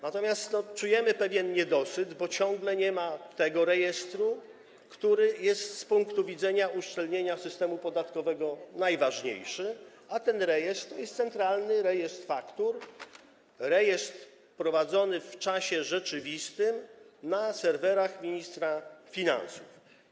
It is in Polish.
Natomiast czujemy pewien niedosyt, bo ciągle nie ma tego rejestru, który jest z punktu widzenia uszczelnienia systemu podatkowego najważniejszy, a ten rejestr to jest Centralny Rejestr Faktur, rejestr prowadzony w czasie rzeczywistym na serwerach ministra finansów.